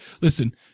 Listen